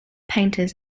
painters